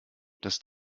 dass